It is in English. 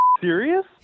serious